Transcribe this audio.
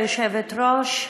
תודה, גברתי היושבת-ראש,